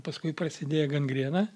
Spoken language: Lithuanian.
paskui prasidėjo gangrena